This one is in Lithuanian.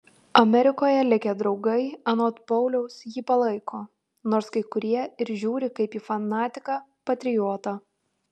amerikoje likę draugai anot pauliaus jį palaiko nors kai kurie ir žiūri kaip į fanatiką patriotą